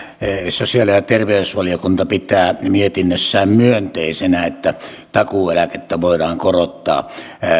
sosiaali ja terveysvaliokunta pitää mietinnössään myönteisenä että takuueläkettä voidaan korottaa